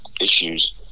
issues